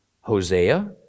Hosea